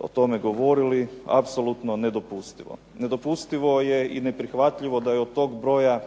o tome govorili, apsolutno nedopustivo. Nedopustivo je i neprihvatljivo da je od tog broja